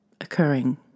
occurring